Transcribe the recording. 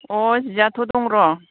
अह जियाथ' दं र'